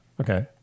Okay